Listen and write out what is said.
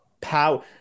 power